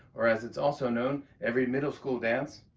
or as it's also known, every middle-school dance.